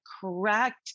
correct